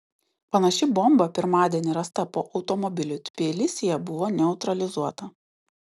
panaši bomba pirmadienį rasta po automobiliu tbilisyje buvo neutralizuota